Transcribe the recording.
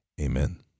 Amen